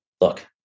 look